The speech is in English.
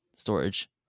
storage